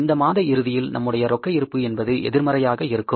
அந்த மாத இறுதியில் நம்முடைய ரொக்க இருப்பு என்பது எதிர்மறையாக இருக்கும்